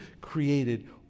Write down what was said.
created